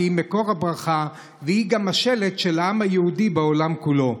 כי היא מקור הברכה והיא גם השלד של העם היהודי בעולם כולו.